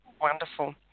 Wonderful